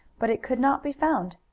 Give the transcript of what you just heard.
but it could not be found.